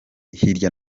hirya